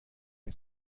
این